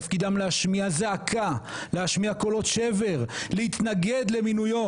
תפקידם להשמיע זעקה להשמיע קולות שבר להתנגד למינויו,